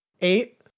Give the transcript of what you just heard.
eight